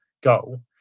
goal